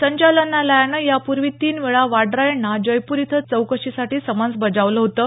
संचालनालयानं यापूर्वी तीन वेळा वाड्रा यांना जयपूर इथं चौकशीसाठी समन्स बजावलं होतं